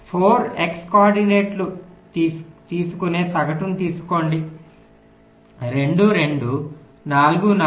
మీరు 4 x కోఆర్డినేట్లను తీసుకునే సగటును తీసుకోండి 2 2 4 4